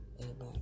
amen